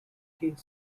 gauge